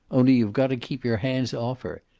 only you've got to keep your hands off her.